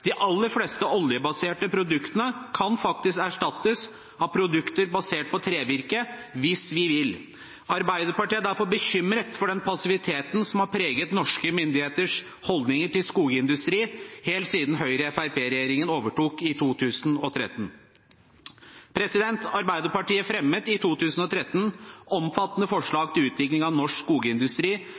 De aller fleste oljebaserte produkter kan faktisk erstattes av produkter basert på trevirke – hvis vi vil. Arbeiderpartiet er derfor bekymret for den passiviteten som har preget norske myndigheters holdning til skogindustri helt siden Høyre–Fremskrittsparti-regjeringen overtok i 2013. Arbeiderpartiet fremmet i 2013 omfattende forslag til utbygging av norsk skogindustri